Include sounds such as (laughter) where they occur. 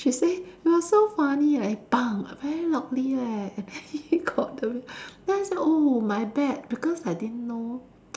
she say it was so funny like bang very loudly leh and then (laughs) he got the then I say oh my bad because I didn't know